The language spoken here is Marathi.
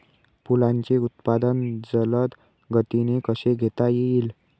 फुलांचे उत्पादन जलद गतीने कसे घेता येईल?